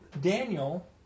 Daniel